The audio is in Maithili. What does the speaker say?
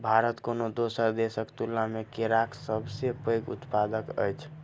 भारत कोनो दोसर देसक तुलना मे केराक सबसे पैघ उत्पादक अछि